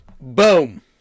Boom